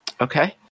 Okay